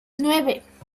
nueve